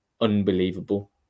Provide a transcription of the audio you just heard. unbelievable